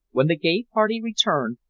when the gay party returned,